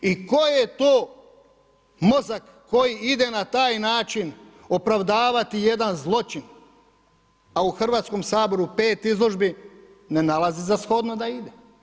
I koji je to mozak koji ide na taj način opravdavati jedan zločin, a u Hrvatskom saboru pet izložbi ne nalazi za shodno da ide.